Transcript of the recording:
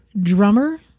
drummer